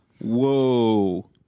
Whoa